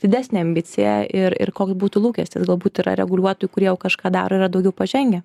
didesnė ambicija ir ir koks būtų lūkestis galbūt yra reguliuotojų kurie jau kažką daro ir yra daugiau pažengę